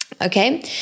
Okay